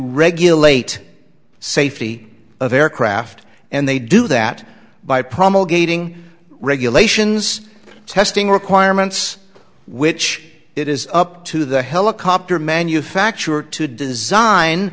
regulate safety of aircraft and they do that by promulgating regulations testing requirements which it is up to the helicopter manufacturer to design